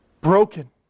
broken